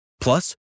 Plus